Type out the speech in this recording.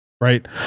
right